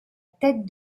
tête